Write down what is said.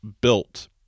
built